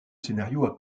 scénario